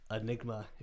enigma